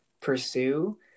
pursue